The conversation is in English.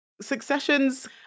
Successions